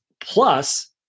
Plus